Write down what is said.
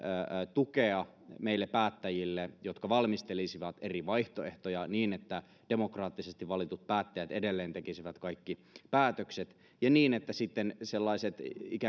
tukea meille päättäjille jotka valmistelisivat eri vaihtoehtoja niin että demokraattisesti valitut päättäjät edelleen tekisivät kaikki päätökset ja että sitten sellaiset